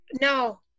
no